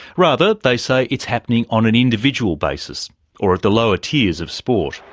rather they say it's happening on an individual basis or at the lower tiers of sport.